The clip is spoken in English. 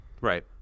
Right